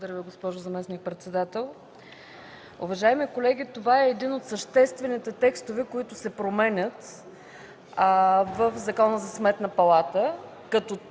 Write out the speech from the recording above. Благодаря, госпожо председател. Уважаеми колеги, това е един от съществените текстове, които се променят в Закона за Сметната палата, като тук